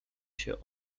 się